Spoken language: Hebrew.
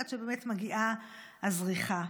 עד שבאמת מגיעה הזריחה.